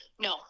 No